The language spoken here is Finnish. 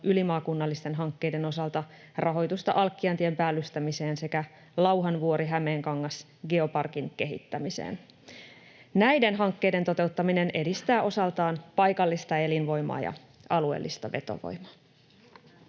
ylimaakunnallisten hankkeiden osalta rahoitusta Alkkiantien päällystämiseen sekä Lauhanvuori—Hämeenkangas Geoparkin kehittämiseen. Näiden hankkeiden toteuttaminen edistää osaltaan paikallista elinvoimaa ja alueellista vetovoimaa.